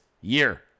year